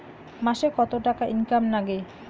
মাসে কত টাকা ইনকাম নাগে?